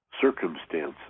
circumstances